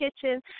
kitchen